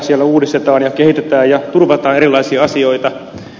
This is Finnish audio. siellä uudistetaan ja kehitetään ja turvataan erilaisia asioita